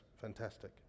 fantastic